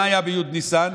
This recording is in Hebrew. מה היה בי' בניסן?